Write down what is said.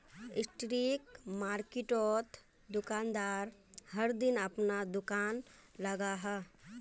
street मार्किटोत दुकानदार हर दिन अपना दूकान लगाहा